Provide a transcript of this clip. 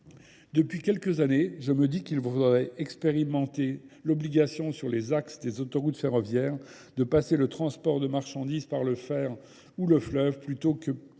Depuis quelques années, je me dis qu'il faudrait expérimenter l'obligation sur les axes des autoroutes ferroviaires de passer le transport de marchandises par le fer ou le fleuve plutôt que